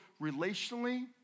relationally